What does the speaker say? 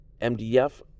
MDF